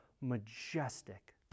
majestic